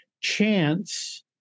chance